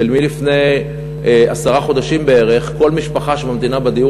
ומזה עשרה חודשים בערך כל משפחה שממתינה בדיור